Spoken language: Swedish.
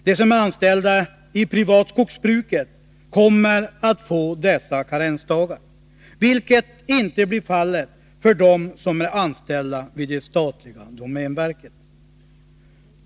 De som är anställda i privatskogsbruket kommer att få dessa karensdagar men inte de som är anställda vid det statliga domänverket.